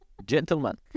Gentleman